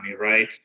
right